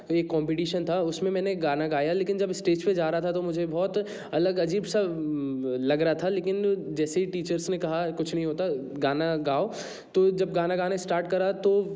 तो एक कॉम्पेटीशन था उसमें मैं गाना गया लेकिन जब स्टेज पर जा रहा था तो मुझे बहुत अलग अजीब सा लग रहा था लेकिन जैसे ही टीचर्स ने कहा कुछ नहीं होता गाना गाओ तो जब गाना गाने स्टार्ट करो तो